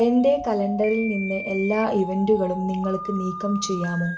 എന്റെ കലണ്ടറിൽ നിന്ന് എല്ലാ ഇവന്റുകളും നിങ്ങൾക്ക് നീക്കം ചെയ്യാമോ